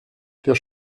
der